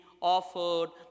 offered